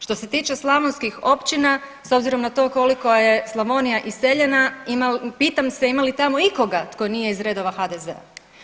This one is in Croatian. Što se tiče slavonskih općina s obzirom na to koliko je Slavonija iseljena pitam se ima li tamo ikoga tko nije iz redova HDZ-a.